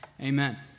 Amen